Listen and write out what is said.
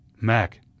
Mac